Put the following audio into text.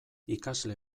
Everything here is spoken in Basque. ikasle